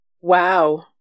Wow